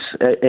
yes